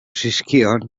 zizkion